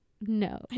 No